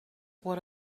what